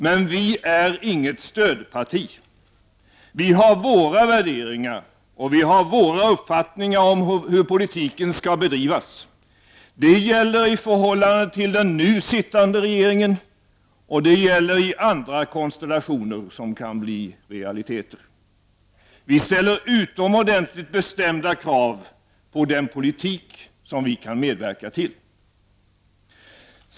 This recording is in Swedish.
Men vi är inget stödparti. Vi har våra värderingar och våra uppfattningar om hur politiken skall bedrivas. Det gäller i förhållande till den nu sittande regeringen, och det gäller i andra konstellationer som kan bli realiteter. Vi ställer utomordentligt bestämda krav på den politik som vi kan medverka till.